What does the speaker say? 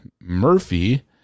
Murphy